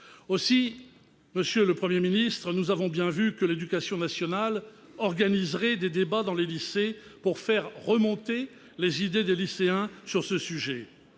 noté, monsieur le Premier ministre, que l'éducation nationale organiserait des débats dans les lycées pour faire remonter les idées des lycéens sur le sujet.